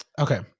Okay